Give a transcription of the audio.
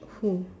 cool